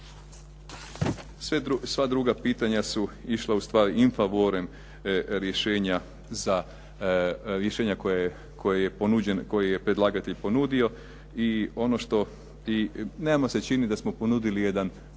Sva druga pitanja su išla u stvari in favorem za rješenja koja je predlagatelj ponudio i nama se čini da smo ponudili jedan